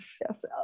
Yes